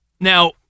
Now